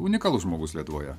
unikalus žmogus lietuvoje